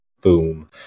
Boom